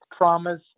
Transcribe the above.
traumas